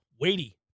weighty